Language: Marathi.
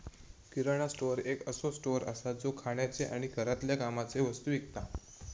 किराणा स्टोअर एक असो स्टोअर असा जो खाण्याचे आणि घरातल्या कामाचे वस्तु विकता